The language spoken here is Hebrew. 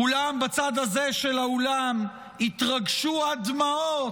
כולם בצד הזה של האולם התרגשו עד דמעות,